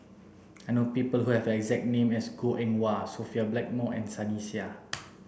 I know people who have the exact name as Goh Eng Wah Sophia Blackmore and Sunny Sia